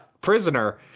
prisoner